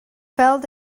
felt